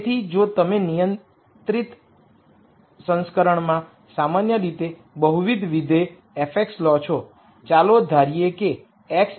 તેથી જો તમે અનિયંત્રિત સંસ્કરણમાં સામાન્ય રીતે બહુવિધ વિધેય f લો છો ચાલો ધારીએ કે x એ x1 x2 અને xn છે